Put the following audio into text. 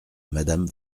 madame